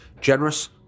generous